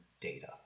data